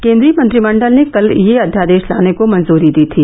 केंद्रीय मंत्रिमंडल ने कल यह अध्यादेश लाने को मंजूरी दी थी